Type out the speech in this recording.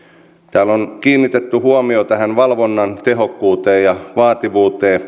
täällä on kiinnitetty huomio tähän valvonnan tehokkuuteen ja vaativuuteen